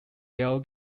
bell